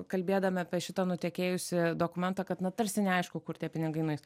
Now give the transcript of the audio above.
kalbėdami apie šitą nutekėjusį dokumentą kad na tarsi neaišku kur tie pinigai nueis